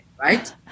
right